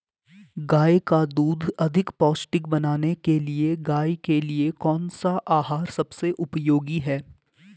गाय का दूध अधिक पौष्टिक बनाने के लिए गाय के लिए कौन सा आहार सबसे उपयोगी है?